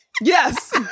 Yes